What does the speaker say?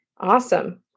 awesome